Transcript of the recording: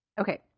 Okay